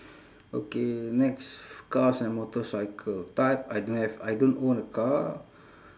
okay next cars and motorcycle but I don't have I don't own a car